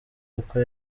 uko